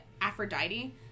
Aphrodite